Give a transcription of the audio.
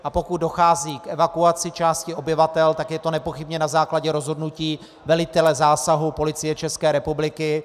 A pokud dochází k evakuaci části obyvatel, tak je to nepochybně na základě rozhodnutí velitele zásahu Policie České republiky.